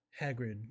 Hagrid